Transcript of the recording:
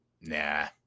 nah